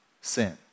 sin